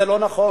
זה לא נכון.